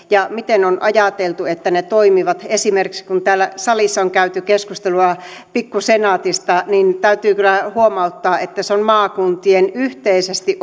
ja miten on ajateltu että ne toimivat esimerkiksi kun kun täällä salissa on käyty keskusteltua pikku senaatista niin täytyy kyllä huomauttaa se on maakuntien yhteisesti